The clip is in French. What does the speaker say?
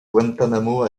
guantánamo